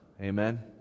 amen